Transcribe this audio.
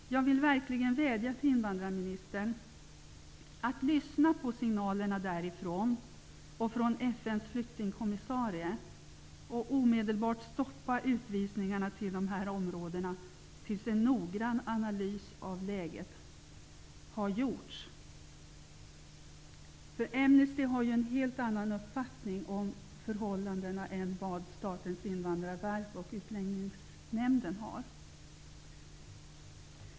Jag vädjar till invandrarministern att lyssna på signalerna därifrån, och på FN:s flyktingkommissarie, och omedelbart stoppa utvisningarna till de här områdena tills en noggrann analys av läget har gjorts. Amnesty har ju en helt annan uppfattning om förhållandena än vad Statens invandrarverk och Utlänningsnämnden har.